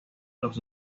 los